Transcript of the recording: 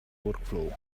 workflow